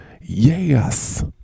Yes